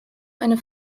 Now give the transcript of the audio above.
eine